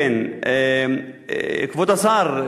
כבוד השר,